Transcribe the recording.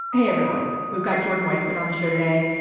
hey, everyone. we've got jordan weissman on the show today.